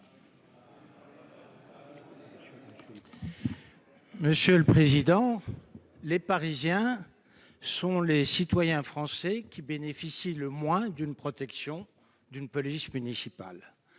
explication de vote. Les Parisiens sont les citoyens français qui bénéficient le moins de la protection d'une police municipale.